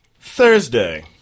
Thursday